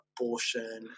abortion